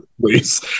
please